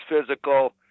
physical